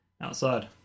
outside